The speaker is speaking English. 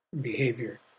behavior